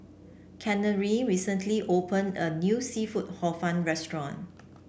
Chanelle recently opened a new seafood Hor Fun restaurant